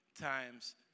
times